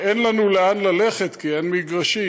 של: אין לנו לאן ללכת כי אין מגרשים,